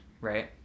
right